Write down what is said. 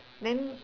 then